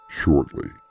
shortly